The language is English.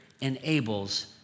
enables